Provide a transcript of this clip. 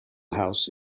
house